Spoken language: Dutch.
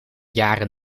jaren